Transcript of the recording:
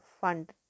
fund